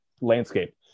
landscape